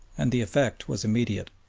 and the effect was immediate.